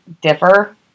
Differ